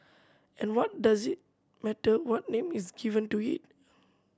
and what does it matter what name is given to it